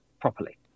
Properly